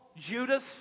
Judas